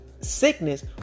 sickness